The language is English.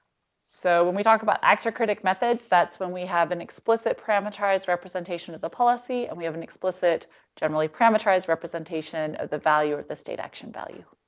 so when we talk about actor-critic methods, that's when we have an explicit parameterized representation of the policy, and we have an explicit generally parameterized representation of the value or the state-action value.